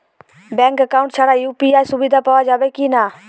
Bank account ছাড়া UPI সুবিধা পাওয়া যাবে কি না?